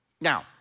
Now